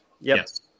Yes